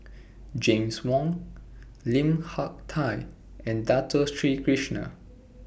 James Wong Lim Hak Tai and Dato Sri Krishna